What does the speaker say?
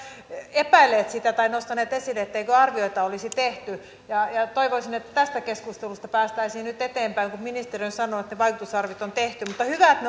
epäilleet sitä tai nostaneet esille etteikö arvioita olisi tehty toivoisin että tästä keskustelusta päästäisiin nyt eteenpäin kun ministeri on sanonut että vaikutusarviot on tehty mutta olisi hyvä että